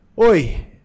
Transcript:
oi